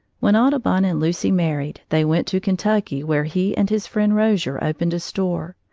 when audubon and lucy married, they went to kentucky, where he and his friend rozier opened a store.